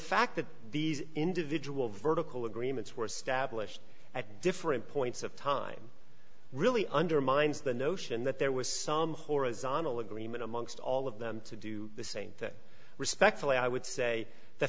fact that these individual vertical agreements were established at different points of time really undermines the notion that there was some horizontal agreement amongst all of them to do the same thing respectfully i would say the